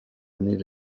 années